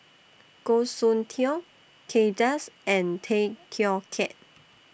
Goh Soon Tioe Kay Das and Tay Teow Kiat